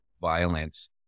violence